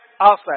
outside